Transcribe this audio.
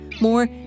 More